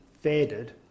faded